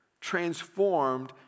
transformed